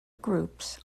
groups